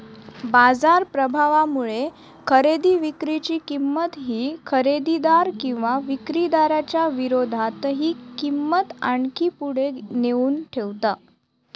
बाजार प्रभावामुळे खरेदी विक्री ची किंमत ही खरेदीदार किंवा विक्रीदाराच्या विरोधातही किंमत आणखी पुढे नेऊन ठेवता